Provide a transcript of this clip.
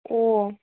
ও